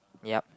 ya